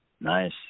Nice